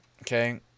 Okay